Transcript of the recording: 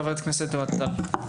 חבר הכנסת אוהד טל, בבקשה.